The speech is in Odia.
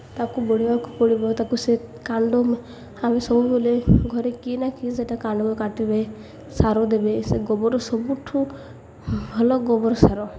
ତାକୁ ବଢ଼ିବାକୁ ପଡ଼ିବ ତାକୁ ସେ କାଣ୍ଡ ଆମେ ସବୁବେଲେ ଘରେ କିଏ ନା କିଏ ସେଇଟା କାଣ୍ଡ କାଟିବେ ସାର ଦେବେ ସେ ଗୋବର ସବୁଠୁ ଭଲ ଗୋବର ସାର